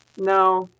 No